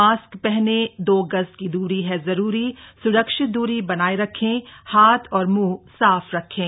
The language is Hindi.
मास्क पहने दो गज की दूरी है जरूरी स्रक्षित दूरी बनाए रखें हाथ और मुंह साफ रखें